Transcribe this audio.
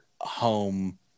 home